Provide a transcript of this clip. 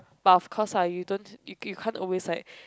but of course lah you don't you you can't always like